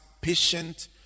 patient